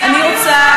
אני רוצה,